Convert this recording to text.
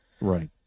right